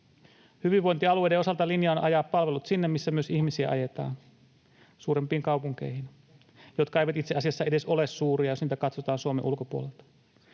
Hyvinvointialueiden osalta linja on ajaa palvelut sinne, mihin myös ihmisiä ajetaan, suurempiin kaupunkeihin — jotka eivät itse asiassa edes ole suuria, jos niitä katsotaan Suomen ulkopuolelta.